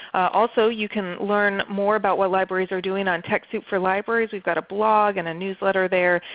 also you can learn more about what libraries are doing on techsoup for libraries. we've got a blog and a newsletter there,